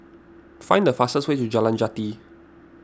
find the fastest way to Jalan Jati